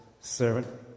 servant